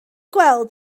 gweld